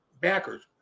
backers